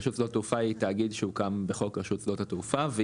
רשות שדות התעופה היא תאגיד שהוקם ברשות שדות התעופה.